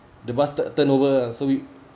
the bus turn turn over uh so we